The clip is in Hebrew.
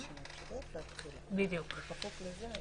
לבדוק את הדברים